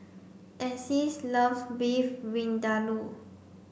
Alyse loves Beef Vindaloo